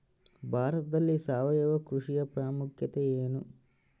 ಭಾರತದಲ್ಲಿ ಸಾವಯವ ಕೃಷಿಯ ಪ್ರಾಮುಖ್ಯತೆ ಎನು?